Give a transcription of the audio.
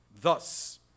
Thus